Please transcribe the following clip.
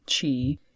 Chi